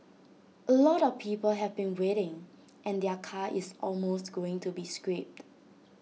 A lot of people have been waiting and their car is almost going to be scrapped